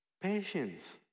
Patience